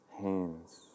hands